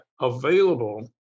available